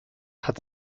hat